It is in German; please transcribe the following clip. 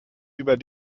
über